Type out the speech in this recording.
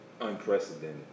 unprecedented